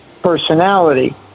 personality